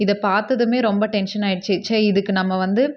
இதை பார்த்ததுமே ரொம்ப டென்ஷன் ஆயிடுச்சு சே இதுக்கு நம்ம வந்து